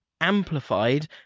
amplified